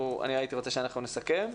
אני הייתי רוצה שאנחנו נסכם.